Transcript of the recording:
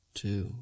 two